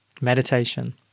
meditation